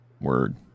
Word